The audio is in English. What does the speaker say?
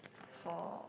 for